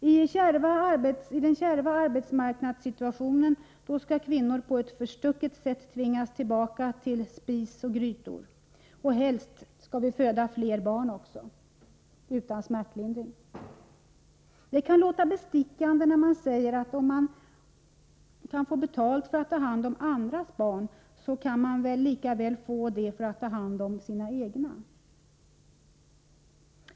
I en kärv arbetsmarknadssituation skall kvinnor på ett förstucket sätt tvingas tillbaka till spis och grytor. Helst skall vi också föda fler barn — utan smärtlindring. Det kan låta bestickande när man säger att om man kan få betalt för att man tar hand om andras barn, så kan man väl lika väl få betalt för att man tar hand om sina egna.